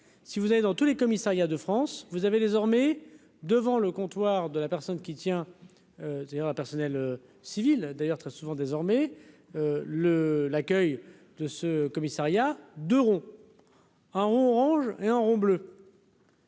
si vous allez dans tous les commissariats de France, vous avez désormais devant le comptoir de la personne qui tient, c'est-à-dire un personnel civil d'ailleurs très souvent désormais le l'accueil de ce commissariat d'euros en orange et en rond bleu.